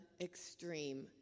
extreme